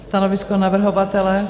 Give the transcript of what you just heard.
Stanovisko navrhovatele?